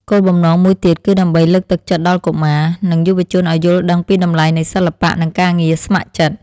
គោលបំណងមួយទៀតគឺដើម្បីលើកទឹកចិត្តដល់កុមារ និងយុវជនឱ្យយល់ដឹងពីតម្លៃនៃសិល្បៈ និងការងារស្ម័គ្រចិត្ត។